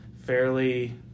fairly